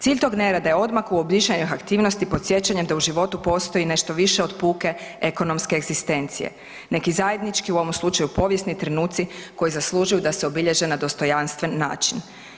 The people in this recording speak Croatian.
Cilj tog nerada je odmak uobičajenih aktivnosti podsjećanja da u životu postoji nešto više od puke ekonomske egzistencije, neki zajednički u ovom slučaju povijesni trenuci koji zaslužuju da se obilježe na dostojanstven način.